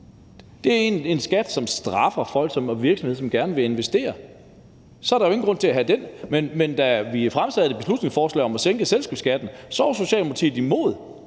Det er en skat, som straffer folk og virksomheder, som gerne vil investere. Så er der jo ingen grund til at have den skat. Men da vi fremsatte beslutningsforslaget om at sænke selskabsskatten, var Socialdemokratiet imod.